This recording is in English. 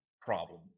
problem